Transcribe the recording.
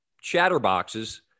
chatterboxes